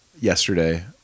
yesterday